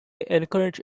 encourage